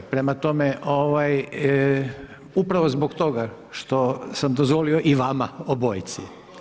Prema tome, upravo zbog toga što sam dozvolio i vama obojici.